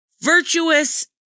virtuous